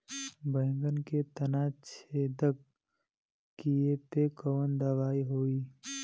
बैगन के तना छेदक कियेपे कवन दवाई होई?